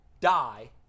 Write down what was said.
die